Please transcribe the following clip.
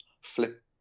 flip